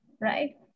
right